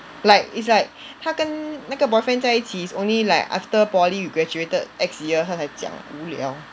like it's like 她跟那个 boyfriend 在一起 is only like after poly we graduated X year 她才讲无聊